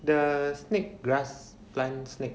the snake grass plant snake